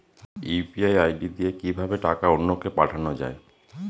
UPI ID দিয়ে কিভাবে টাকা অন্য কে পাঠানো যায়?